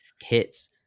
hits